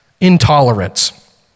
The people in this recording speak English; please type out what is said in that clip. intolerance